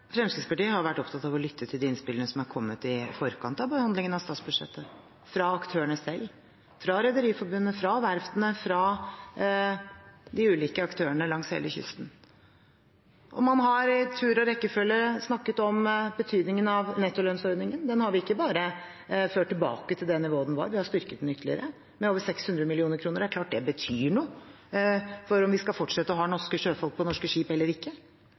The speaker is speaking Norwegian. Fremskrittspartiet har vært opptatt av å lytte til de innspillene som har kommet i forkant av behandlingen av statsbudsjettet fra aktørene selv – fra Rederiforbundet, fra verftene, fra de ulike aktørene langs hele kysten. Man har i tur og rekkefølge snakket om betydningen av nettolønnsordningen. Den har vi ikke bare ført tilbake til det nivået den var på, vi har styrket den ytterligere, med over 600 mill. kr. Det er klart det betyr noe for om vi skal fortsette å ha norske sjøfolk på norske skip eller ikke.